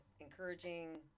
encouraging